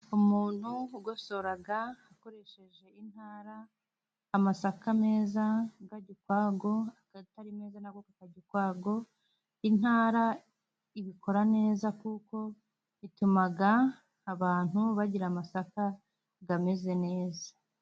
Umuntu ugosora akoresheje intara, amasaka meza ari kujya ukwayo, atari meza nayo akajya ukwayo, intara ibikora neza kuko ituma abantu bagira amasaka ameze neza.